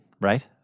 right